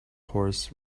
horse